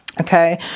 okay